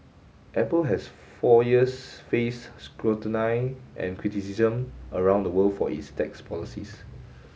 apple has for years faced scrutiny and criticism around the world for its tax policies